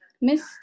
miss